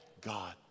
God